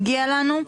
מגיע לנו.